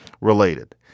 related